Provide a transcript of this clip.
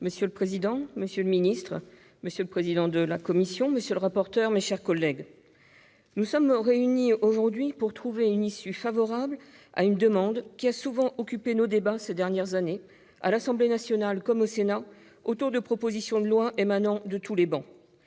pour explication de vote. Monsieur le président, monsieur le secrétaire d'État, mes chers collègues, nous sommes réunis aujourd'hui pour trouver une issue favorable à une demande qui a souvent occupé nos débats ces dernières années, à l'Assemblée nationale comme au Sénat, autour de propositions de loi émanant de tous les bancs.